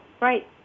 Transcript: Right